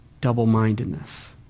double-mindedness